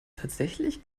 tatsächlich